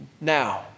Now